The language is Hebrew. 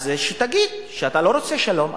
אז תגיד שאתה לא רוצה שלום,